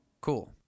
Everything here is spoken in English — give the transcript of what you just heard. Cool